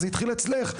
זה התחיל אצלך.